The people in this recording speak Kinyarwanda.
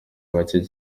bake